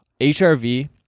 HRV